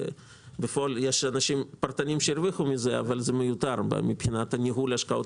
בפועל יש אנשים פרטניים שהרוויחו מזה אבל זה מיותר מבחינת ניהול השקעות.